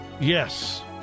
yes